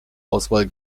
auswahl